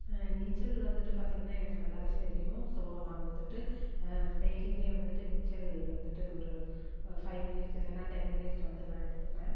நீச்சல் வந்துட்டு பார்த்திங்கன்னா எனக்கு நல்லாவே தெரியும் ஸோ நான் வந்துட்டு டெய்லியுமே வந்துட்டு நீச்சல் வந்துட்டு ஒரு ஃபைவ் மினிட்ஸ் இல்லைனா டென் மினிட்ஸ் வந்து நான் எடுத்துப்பேன்